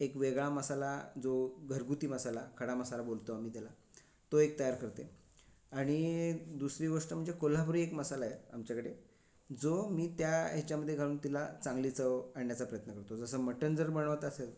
एक वेगळा मसाला जो घरगुती मसाला खडा मसाला बोलतो आम्ही तेला तो एक तयार करते आणि दुसरी गोष्ट म्हणजे कोल्हापुरी एक मसाला आहे आमच्याकडे जो मी त्या हेच्यामध्ये घालून तिला चांगली चव आणण्याचा प्रयत्न करतो जसं मटन जर बनवत असेल